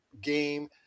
game